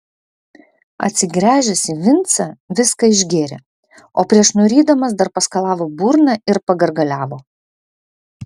atsigręžęs į vincą viską išgėrė o prieš nurydamas dar paskalavo burną ir pagargaliavo